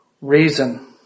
reason